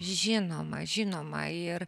žinoma žinoma ir